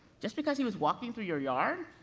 just because he was walking through your yard?